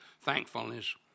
thankfulness